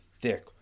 thick